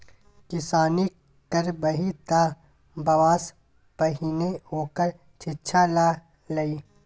किसानी करबही तँ बबासँ पहिने ओकर शिक्षा ल लए